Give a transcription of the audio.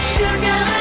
sugar